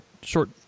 short